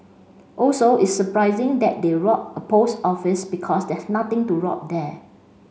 also it's surprising that they robbed a post office because there's nothing to rob there